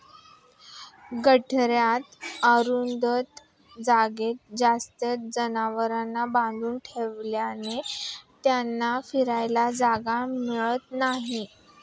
गोठ्यातील अरुंद जागेत जास्त जनावरे बांधून ठेवल्याने त्यांना फिरायला जागा मिळत नाही